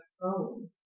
phone